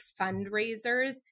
fundraisers